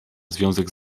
związek